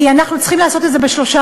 כי אנחנו צריכים לעשות את זה בשלושה